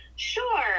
Sure